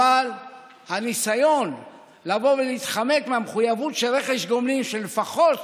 אבל הניסיון לבוא ולהתחמק מהמחויבות של רכש גומלין של לפחות